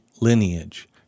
lineage